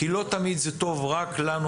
כי זה לא תמיד זה טוב רק לנו,